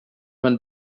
man